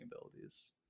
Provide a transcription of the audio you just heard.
abilities